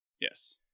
Yes